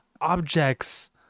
objects